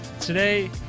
Today